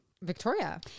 Victoria